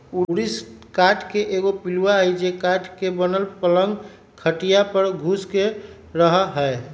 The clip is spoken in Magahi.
ऊरिस काठ के एगो पिलुआ हई जे काठ के बनल पलंग खटिया पर घुस के रहहै